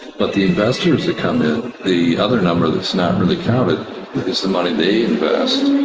but, the investors that come in the other number that's not really counted is the money they invest,